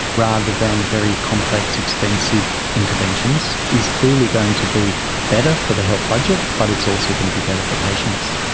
rather than very complex, expensive interventions, is clearly going to be better for the health budget, but it's also going to be better for patients.